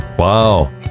Wow